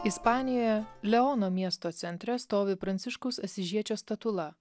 ispanijoje leono miesto centre stovi pranciškaus asyžiečio statula